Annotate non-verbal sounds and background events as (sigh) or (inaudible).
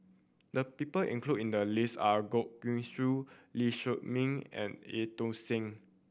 the people included in the list are Goh Guan Siew Lee (unintelligible) Meng and Eu Tong Sen